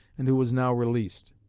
and who was now released.